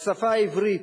השפה העברית.